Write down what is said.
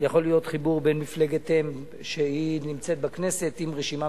מפלגות מקומיות או רשימות